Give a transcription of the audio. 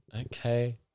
okay